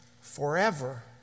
forever